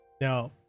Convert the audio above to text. Now